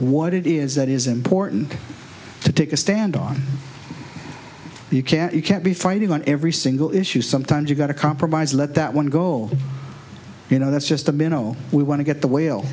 what it is that is important to take a stand on you can't you can't be fighting on every single issue sometimes you've got to compromise let that one goal you know that's just a minnow we want to get the wh